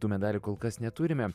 tų medalių kol kas neturime